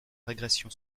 régression